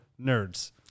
NERDS